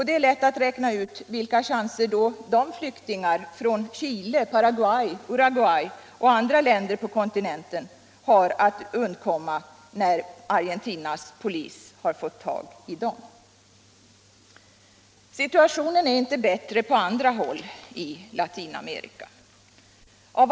Det är lätt att räkna ut vilka chanser flyktingarna från Chile, Paraguay, Uruguay och andra länder på kontinenten har när det gäller att undkomma sedan Argentinas polis har fått tag i dem. Situationen är inte bättre på andra håll i Latinamerika.